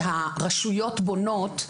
שהרשויות בונות,